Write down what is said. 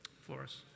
Flores